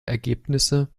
ergebnisse